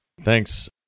Thanks